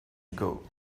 ago